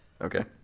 Okay